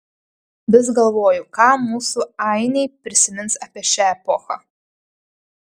vis galvoju ką mūsų ainiai prisimins apie šią epochą